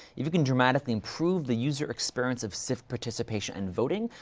if you can dramatically improve the user experience of civic participation and voting,